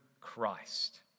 Christ